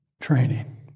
training